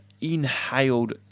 inhaled